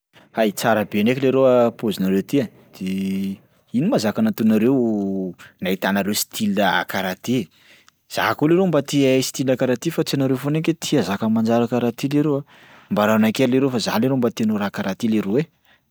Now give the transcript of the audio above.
Hay, tsara be ndraiky leroa paozinareo ty e. De ino moa zaka nataonareo nahitanareo style akaraha ty? Za koa leroa mba te hahay style karaha ty fa tsy anareo foana nge tia zaka manjary karaha ty leroa. Mbarao anakay leroa fa za leroa mba te hanao raha karaha ty leroa e.